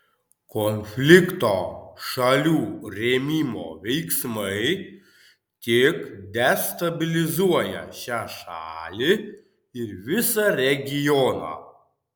konflikto šalių rėmimo veiksmai tik destabilizuoja šią šalį ir visą regioną